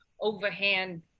overhand